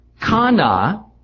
Kana